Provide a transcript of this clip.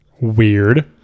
Weird